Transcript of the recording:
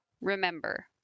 remember